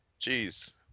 jeez